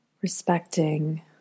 respecting